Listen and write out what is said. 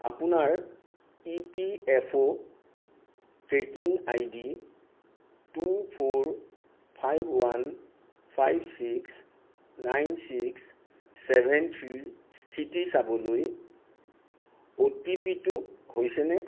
আপোনাৰ E P F O tracking ID two four five one five six nine six seven three ৰ স্থিতি চাবলৈ O T P টো হৈছেনে